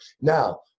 Now